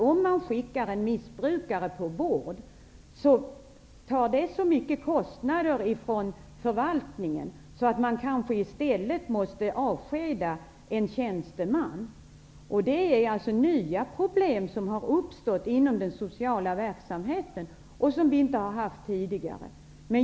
Om man ger en missbrukare vård kan det kosta så mycket för förvaltningen att en tjänsteman i stället måste avskedas. Detta är nya problem som har uppstått inom den sociala verksamheten. Vi har inte haft dem tidigare.